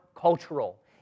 cultural